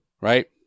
right